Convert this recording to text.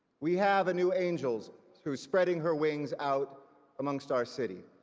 we have a new angel who is spreading her wings out amongst our city.